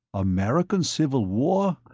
american civil war?